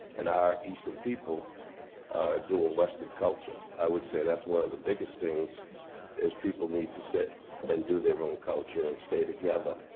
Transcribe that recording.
and our eastern people are doing western culture. i would say that's one of the biggest things is, people need to sit and do their own culture and stay together,